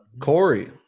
Corey